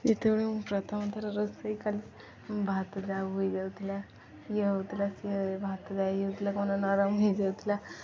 ଯେତେବେଳେ ମୁଁ ପ୍ରଥମଥର ରୋଷେଇ କାଲି ଭାତ ଯାଉ ହୋଇଯାଉଥିଲା ଇଏ ହେଉଥିଲା ସିଏ ଭାତ ଯାଇ ହୋଇଯାଉଥିଲା କ'ଣ ନରମ ହୋଇଯାଉଥିଲା